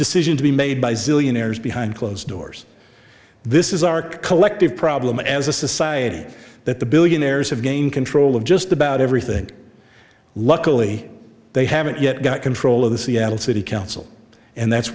decision to be made by zillionaires behind closed doors this is our collective problem as a society that the billionaires have gained control of just about everything luckily they haven't yet got control of the seattle city council and that's